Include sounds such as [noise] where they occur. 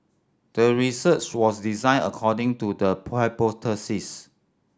the research was designed according to the [unintelligible] hypothesis